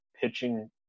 Pitching